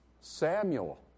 samuel